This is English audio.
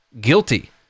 Guilty